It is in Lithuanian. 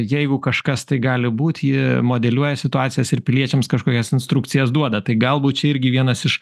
jeigu kažkas tai gali būt ji modeliuoja situacijas ir piliečiams kažkokias instrukcijas duoda tai galbūt čia irgi vienas iš